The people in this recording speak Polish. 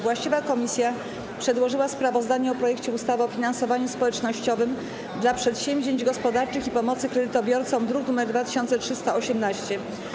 Właściwa komisja przedłożyła sprawozdanie o projekcie ustawy o finansowaniu społecznościowym dla przedsięwzięć gospodarczych i pomocy kredytobiorcom, druk nr 2318.